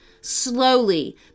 Slowly